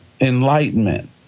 Enlightenment